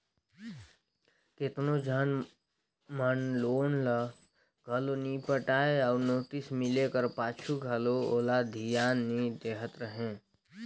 केतनो झन मन लोन ल घलो नी पटाय अउ नोटिस मिले का पाछू घलो ओला धियान नी देहत रहें